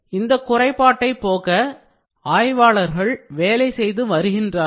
இந்த குறைபாட்டை போக்க ஆய்வாளர்கள் வேலை செய்து வருகின்றார்கள்